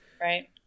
right